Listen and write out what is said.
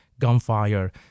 gunfire